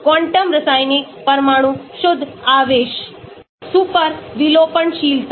quantum रासायनिक परमाणु शुद्ध आवेश सुपर विलोपनशीलता